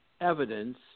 evidence